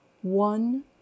one